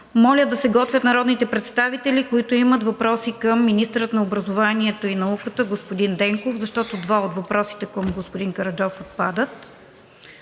Моля да се готвят народните представители, които имат въпроси към министъра на образованието и науката господин Денков, защото два от въпросите към господин Караджов отпадат.